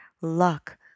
luck